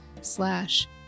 slash